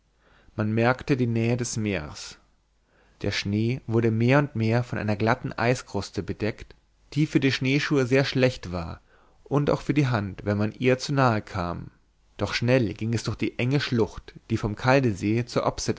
man merkte die nähe des meers der schnee wurde mehr und mehr von einer glatten eiskruste bedeckt die für die schneeschuhe sehr schlecht war und auch für die hand wenn man ihr zu nahe kam doch schnell ging es durch die enge schlucht die vom kaldesee zur